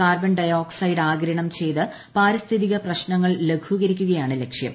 carbon dioxide ആഗിരണം ചെയ്ത് പാരിസ്ഥിതിക പ്രശ്നങ്ങൾ ലഘൂകരിക്കുകയാണ് ലക്ഷ്യം